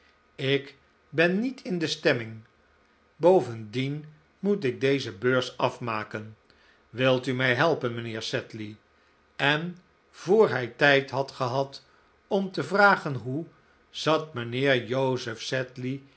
ik ben niet in de stemming bovendien moet ik deze beurs afmaken wilt u mij helpen mijnheer sedley en voor hij tijd had gehad om te vragen hoe zat mijnheer joseph sedley